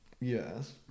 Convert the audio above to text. Yes